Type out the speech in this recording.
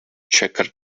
checkered